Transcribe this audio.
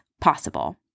possible